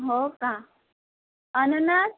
हो का अननस